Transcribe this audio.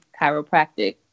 Chiropractic